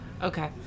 Okay